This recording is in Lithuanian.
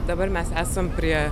dabar mes esam prie